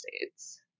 States